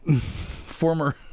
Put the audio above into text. former